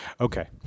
okay